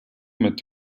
mit